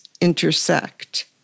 intersect